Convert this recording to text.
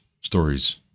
stories